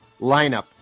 lineup